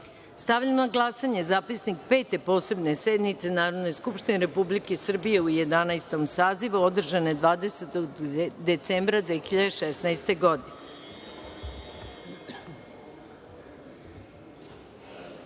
godini. Stavljam na glasanje Zapisnik Pete posebne sednice Narodne skupštine Republike Srbije u Jedanaestom sazivu, održane 20. decembra 2016. godine. Molim